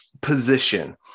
position